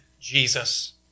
Jesus